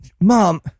Mom